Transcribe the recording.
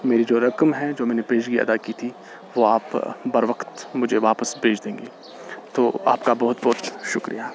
میری جو رقم ہے جو میں نے پیشگی ادا کی تھی وہ آپ بر وقت مجھے واپس بھیج دیں گے تو آپ کا بہت بہت شکریہ